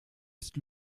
ist